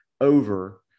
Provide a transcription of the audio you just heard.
over